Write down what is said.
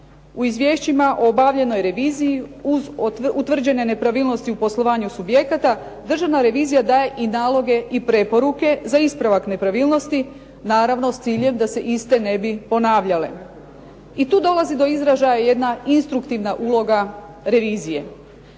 u izvješćima o obavljenoj reviziji uz utvrđene nepravilnosti u poslovanju subjekata, Državna revizija daje i naloge i preporuke za ispravak nepravilnosti, naravno s ciljem da se iste ne bi ponavljale. I tu dolazi do izražaja jedna instruktivna uloga revizije.